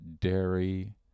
dairy